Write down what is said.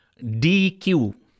DQ